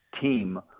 team